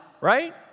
right